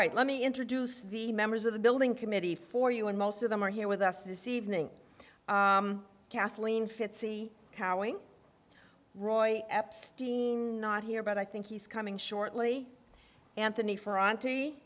right let me introduce the members of the building committee for you and most of them are here with us this evening kathleen fitzy cowing roy epstein not here but i think he's coming shortly anthony ferrant